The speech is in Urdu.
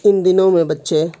ان دنوں میں بچے